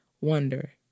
wonder